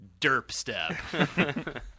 derpstep